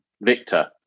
Victor